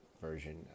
version